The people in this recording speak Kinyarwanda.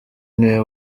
niwe